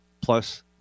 plus